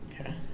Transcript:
Okay